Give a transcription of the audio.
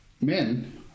men